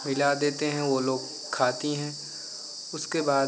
मिला देते हैं वो लोग खाती हैं उसके बाद